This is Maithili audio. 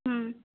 ह्म्म